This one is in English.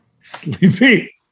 Sleepy